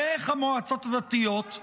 דרך המועצות הדתיות,